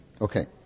Okay